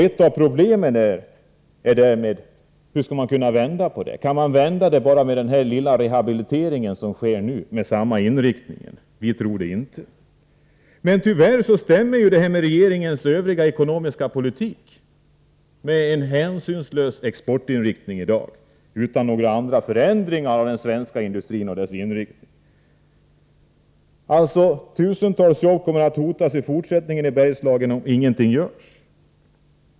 Ett av problemen ligger därmed i frågan: Hur skall man kunna vända på detta? Kan man vända utvecklingen bara genom den lilla rehabilitering som sker nu med samma inriktning? Vi tror inte det. Men tyvärr stämmer detta med regeringens övriga ekonomiska politik, som i dag går ut på en hänsynslös exportinriktning utan några förändringar av den svenska industrin och dess inriktning. Tusentals jobb kommer att hotas i fortsättningen i Bergslagen, om ingenting görs.